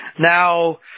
Now